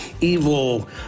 evil